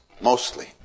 mostly